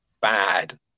bad